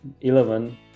Eleven